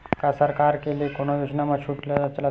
का सरकार के ले कोनो योजना म छुट चलत हे?